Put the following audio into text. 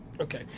Okay